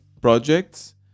projects